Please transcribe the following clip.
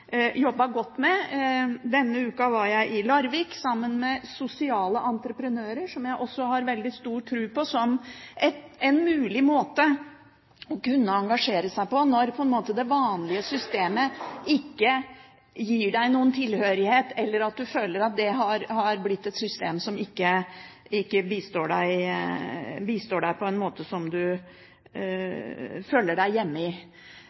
godt med. Denne uken var jeg i Larvik sammen med sosiale entreprenører, som jeg også har veldig stor tro på som en mulig måte å kunne engasjere seg på når det vanlige systemet på en måte ikke gir deg noen tilhørighet, eller du føler at det har blitt et system som ikke bistår deg på en slik måte at du føler deg hjemme.